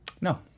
No